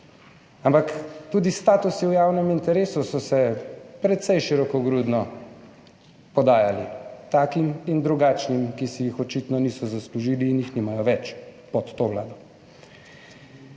ampak tudi statusi v javnem interesu so se precej širokogrudno podajali takim in drugačnim, ki si jih očitno niso zaslužili in jih nimajo več pod to vlado.